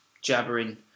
jabbering